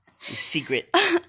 Secret